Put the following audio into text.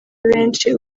benshi